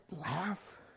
laugh